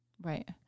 Right